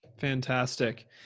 Fantastic